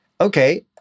Okay